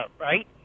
right